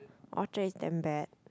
Orchard is damn bad